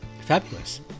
Fabulous